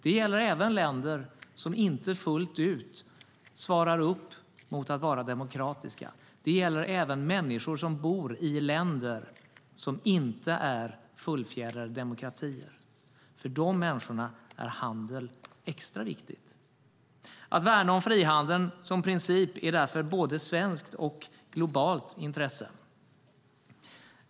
Det gäller även länder som inte fullt ut svarar upp mot att vara demokratiska. Det gäller människor som bor i länder som inte är fullfjädrade demokratier. För de människorna är handel extra viktigt. Att värna om frihandeln som princip är därför av både svenskt och globalt intresse.